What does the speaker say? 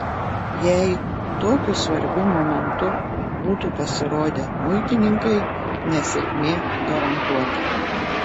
jei tokiu svarbiu momentu būtų pasirodę muitininkai nesėkmė garantuota